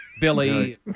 Billy